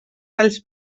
talls